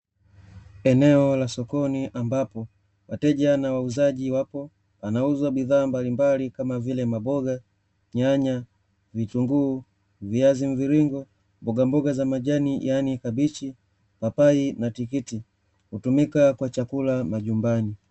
Eneo la sokoni ambapo wateja na wauzaji wapo wanauza bidhaa mbalimbali kama vile maboga, nyanya, vitunguu, viazi mviringo, mbogamboga za majani yaani kabichi, papai na tikiti hutumika kwa chakula majumbani.